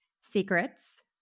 Secrets